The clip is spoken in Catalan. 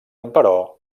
emperò